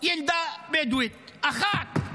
ילדה בדואית אחת,